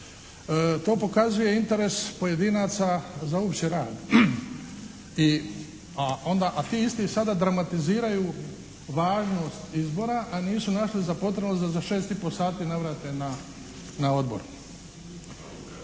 To pokazuje interes pojedinaca za opći rad, a ti isti sada dramatiziraju važnost izbora, a nisu našli za potrebno da za 6 i pol sati navrate na odbor.